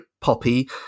poppy